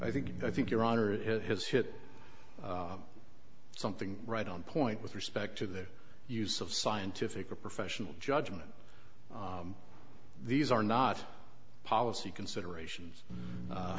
i think i think your honor has hit something right on point with respect to the use of scientific or professional judgment these are not policy considerations